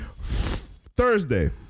Thursday